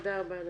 תודה רבה.